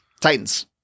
Titans